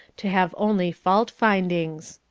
to have only fault-findings.